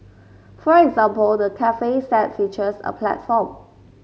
for example the cafe set features a platform